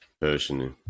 personally